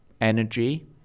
energy